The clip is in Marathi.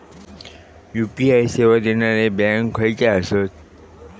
यू.पी.आय सेवा देणारे बँक खयचे आसत?